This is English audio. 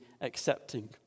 accepting